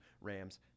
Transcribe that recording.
Rams